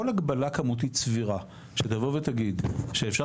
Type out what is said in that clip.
כל הגבלה כמותית סבירה שתבוא ותגיד שאפשר